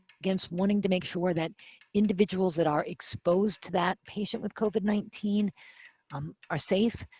against wanting to make sure that individuals that are exposed to that patient with covid nineteen um are safe.